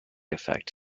effect